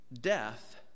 Death